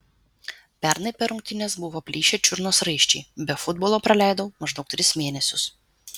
pernai per rungtynes buvo plyšę čiurnos raiščiai be futbolo praleidau maždaug tris mėnesius